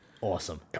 Awesome